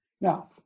now